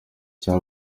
cya